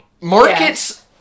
Markets